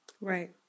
Right